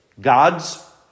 God's